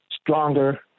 stronger